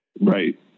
Right